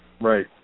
right